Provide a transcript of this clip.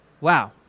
wow